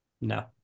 No